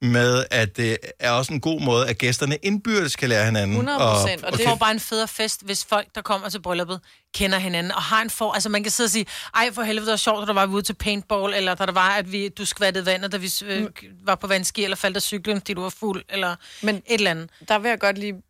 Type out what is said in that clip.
med, at det er også en god måde, at gæsterne indbyrdes kan lære hinanden. 100% Og- Og det okay. får bare en federe fest, hvis folk, der kommer til brylluppet, kender hinanden og har en for- altså, man kan sidde og sige, "Ej, for helvede, det var sjovt, at der var ude til paintball," eller, "Da der var, at vi- du skvattede vand, og da vi s- øh, Mm. var på vandski, eller faldt af cyklen, fordi du var fuld," eller Men et eller andet. der vil jeg godt lige